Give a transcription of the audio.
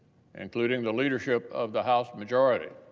including the leadership of the house majority.